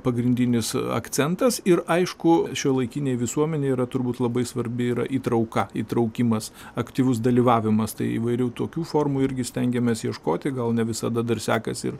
pagrindinis akcentas ir aišku šiuolaikinėj visuomenėj yra turbūt labai svarbi yra trauka įtraukimas aktyvus dalyvavimas tai įvairių tokių formų irgi stengiamės ieškoti gal ne visada dar sekasi ir